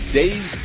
days